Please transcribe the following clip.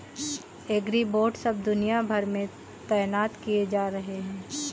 agribots अब दुनिया भर में तैनात किए जा रहे हैं